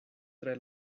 tre